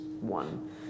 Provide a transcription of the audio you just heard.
one